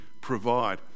provide